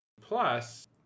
plus